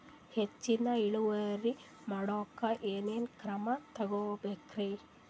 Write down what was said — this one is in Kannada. ಹೆಚ್ಚಿನ್ ಇಳುವರಿ ಮಾಡೋಕ್ ಏನ್ ಏನ್ ಕ್ರಮ ತೇಗೋಬೇಕ್ರಿ?